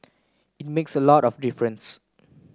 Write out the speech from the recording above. it makes a lot of difference